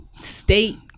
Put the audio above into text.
state